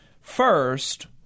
first